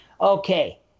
Okay